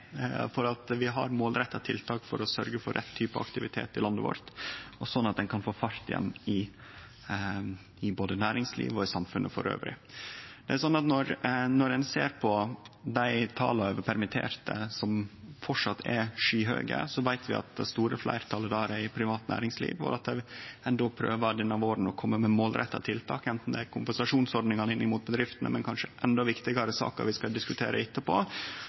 vi har målretta tiltak for rett type aktivitet i landet vårt, og slik at ein kan få fart igjen på både næringslivet og samfunnet elles. Når ein ser på tala over permitterte, som framleis er skyhøge, veit vi at det store fleirtalet er i privat næringsliv, og at ein denne våren prøver å kome med målretta tiltak anten det er kompensasjonsordningane inn mot bedriftene, eller kanskje endå viktigare, saka vi skal diskutere etterpå,